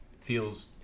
feels